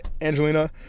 Angelina